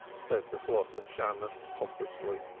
said the shalotten shammos pompously.